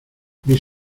mis